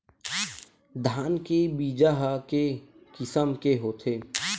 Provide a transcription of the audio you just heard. धान के बीजा ह के किसम के होथे?